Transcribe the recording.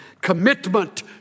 commitment